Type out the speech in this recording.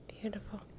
Beautiful